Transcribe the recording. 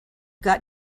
got